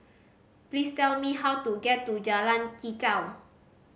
please tell me how to get to Jalan Chichau